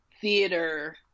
theater